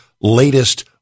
latest